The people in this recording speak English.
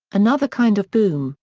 another kind of boom,